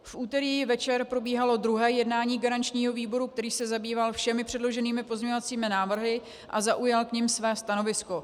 V úterý večer probíhalo druhé jednání garančního výboru, který se zabýval všemi předloženými pozměňovacími návrhy a zaujal k nim své stanovisko.